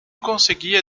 conseguia